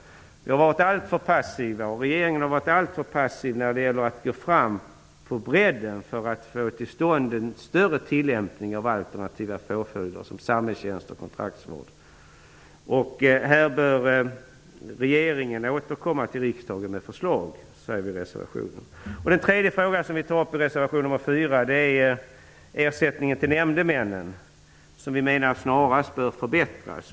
Regeringen har varit alltför passiv när det gällt att gå fram på bredden för att få till stånd en större tillämpning av alternativa påföljder som samhällstjänst och kontraktsvård. Vi säger i reservationen att regeringen här bör återkomma till riksdagen med förslag. Den tredje fråga som vi tar upp i reservation nr 4 är ersättningen till nämndemännen, vilken vi menar snarast bör förbättras.